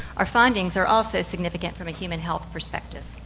our findings are also significant from a human health perspective.